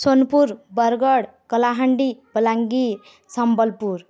Sonepur Bargarh Kalahandi Balangir Sambalpur